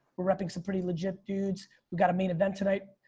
we're repping some pretty legit dudes. we've got a main event tonight